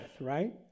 right